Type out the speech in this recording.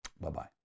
Bye-bye